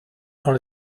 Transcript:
dans